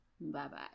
Bye-bye